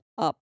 up